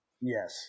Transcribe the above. Yes